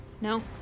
No